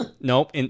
Nope